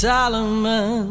Solomon